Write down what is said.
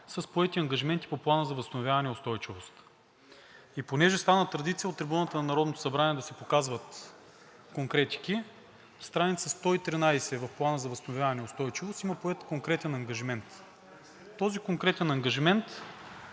с поети ангажименти по Плана за възстановяване и устойчивост? И понеже стана традиция от трибуната на Народното събрание да се показват конкретики, на страница 113 в Плана за възстановяване и устойчивост има поет конкретен ангажимент. Този конкретен ангажимент